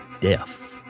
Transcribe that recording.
death